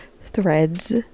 threads